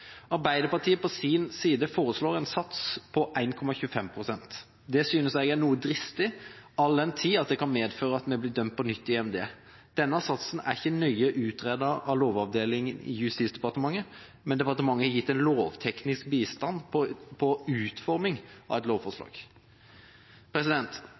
Arbeiderpartiet på sin side foreslår en sats på 1,25 pst. Det synes jeg er noe dristig, all den tid det kan medføre at vi blir dømt på nytt i EMD. Denne satsen er ikke nøye utredet av Lovavdelingen i Justisdepartementet, men departementet har gitt en lovteknisk bistand på utforming av et lovforslag.